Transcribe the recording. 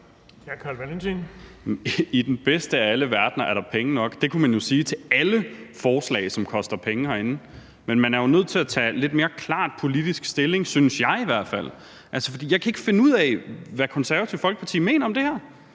I den bedste af alle verdener er der penge nok – det kunne man jo sige til alle forslag herinde, som koster penge, men man er jo nødt til lidt mere klart at tage politisk stilling, synes jeg i hvert fald, for jeg kan ikke finde ud af, hvad Det Konservative Folkeparti mener om det her.